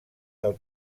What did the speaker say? del